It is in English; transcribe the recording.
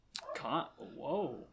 Whoa